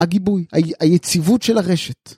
הגיבוי, היציבות של הרשת